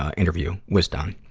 ah interview was done?